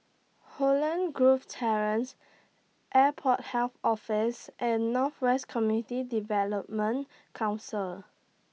Holland Grove Terrace Airport Health Office and North West Community Development Council